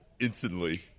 instantly